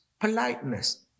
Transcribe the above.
politeness